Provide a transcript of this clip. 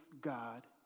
God